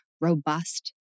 robust